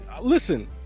listen